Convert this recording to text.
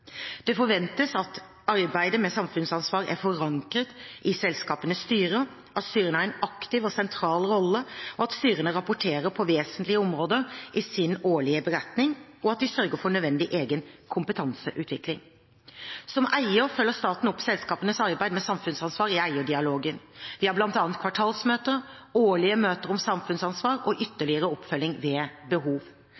Det forventes at arbeidet med samfunnsansvar er forankret i selskapenes styrer, at styrene har en aktiv og sentral rolle, at styrene rapporterer på vesentlige områder i sin årlige beretning, og at de sørger for nødvendig egen kompetanseutvikling. Som eier følger staten opp selskapenes arbeid med samfunnsansvar i eierdialogen. Vi har bl.a. kvartalsmøter, årlige møter om samfunnsansvar og